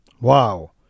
Wow